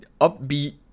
upbeat